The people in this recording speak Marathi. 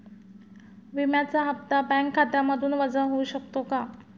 विम्याचा हप्ता बँक खात्यामधून वजा होऊ शकतो का?